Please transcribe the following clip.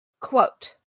Quote